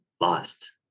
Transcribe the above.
lost